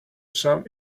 some